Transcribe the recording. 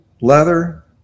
leather